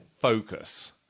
focus